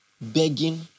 begging